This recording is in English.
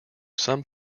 some